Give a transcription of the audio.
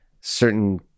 certain